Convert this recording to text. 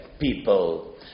people